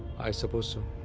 i suppose so.